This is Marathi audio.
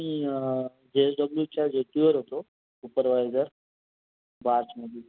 मी जे एस डब्ल्यू च्या जेटीवर होतो सुपरवायजर बार्जमध्ये